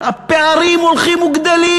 הפערים הולכים וגדלים.